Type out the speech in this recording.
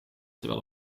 terwijl